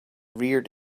reared